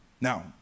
Now